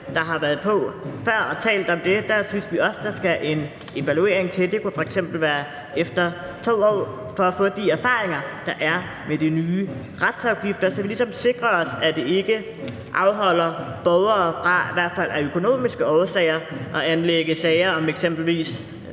der har været på før og talt om det, synes vi også, der skal en evaluering til. Det kunne f.eks. være efter 2 år for at få de erfaringer, der er, med de nye retsafgifter, så vi ligesom sikrer os, at det ikke afholder borgere fra, i hvert fald af økonomiske årsager, at anlægge sager om eksempelvis